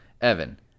Evan